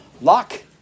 lock